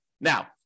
Now